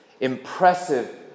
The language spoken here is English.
impressive